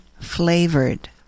flavored